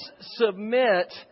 submit